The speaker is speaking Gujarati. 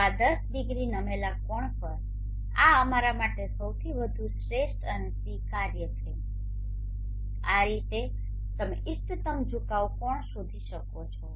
તો આ 10 ડિગ્રી નમેલા કોણ પર આ અમારા માટે સૌથી વધુ શ્રેષ્ઠ અને સ્વીકાર્ય છે આ રીતે તમે ઇષ્ટતમ ઝુકાવ કોણ શોધી શકો છો